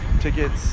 tickets